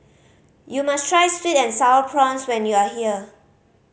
you must try sweet and Sour Prawns when you are here